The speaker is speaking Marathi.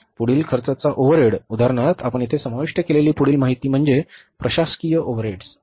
पुढील खर्चाचा ओव्हरहेड उदाहरणार्थ आपण येथे समाविष्ट केलेली पुढील माहिती म्हणजे प्रशासकीय ओव्हरहेड्स